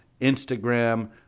Instagram